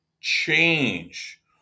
change